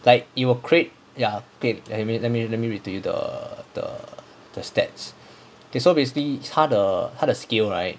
like it will create ya okay wait let me let me let me read to you the the the stats okay so basically 他的他的 skill right